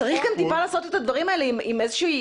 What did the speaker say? צריך גם טיפה לעשות את הדברים עם איזה שהיא